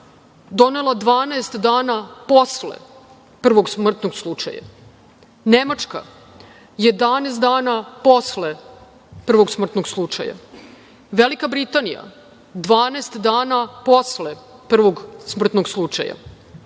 donela 12 dana posle prvog smrtnog slučaja, Nemačka 11 dana posle prvog smrtnog slučaja, Velika Britanija 12 dana posle prvog smrtnog slučaja,